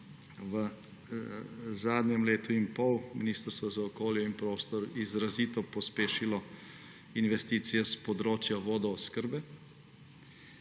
v zadnjem letu in pol Ministrstvo za okolje in prostor izrazito pospešilo investicije s področja vodooskrbe.